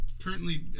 currently